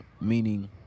meaning